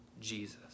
Jesus